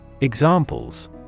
Examples